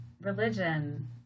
religion